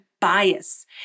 bias